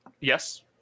Yes